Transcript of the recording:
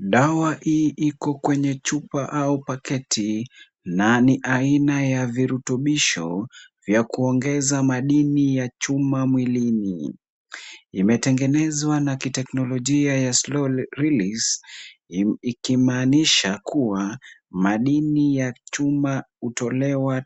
Dawa hii iko kwenye chupa au pakiti na ni aina ya virutubisho vya kuongeza madini ya chuma mwilini. Imetengenezwa na kiteknolojia ya Slow Release ikimaanisha kuwa madini ya chuma hutolewa